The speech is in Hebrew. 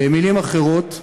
במילים אחרות,